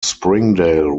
springdale